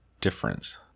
difference